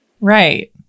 Right